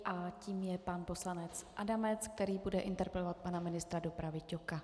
Tím je pan poslanec Adamec, který bude interpelovat pana ministra dopravy Ťoka.